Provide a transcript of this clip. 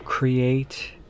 create